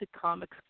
Comics